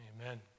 amen